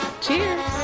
Cheers